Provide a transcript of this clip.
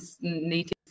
native